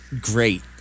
great